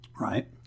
right